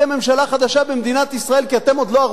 חדשה במדינת ישראל כי אתם עוד לא ערוכים?